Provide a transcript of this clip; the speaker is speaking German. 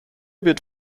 wird